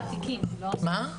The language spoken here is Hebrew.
לא,